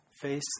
face